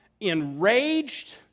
enraged